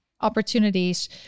opportunities